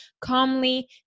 calmly